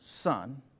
son